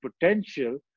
potential